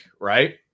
Right